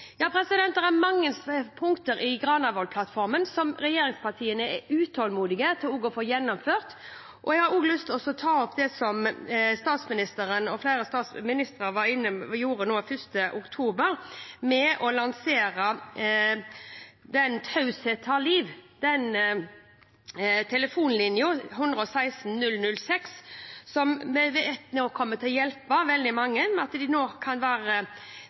er mange punkter i Granavolden-plattformen som regjeringspartiene er utålmodige etter å få gjennomført. Jeg har også lyst til å trekke fram det som statsministeren og flere statsråder gjorde den 1. oktober ved å lansere «Taushet tar liv», telefonlinjen 116 006, som kommer til å hjelpe veldig mange ved at en nå kan